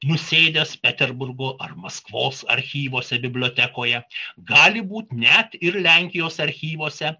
nusėdęs peterburgo ar maskvos archyvuose bibliotekoje gali būti net ir lenkijos archyvuose